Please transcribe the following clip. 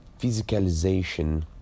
physicalization